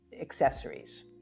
accessories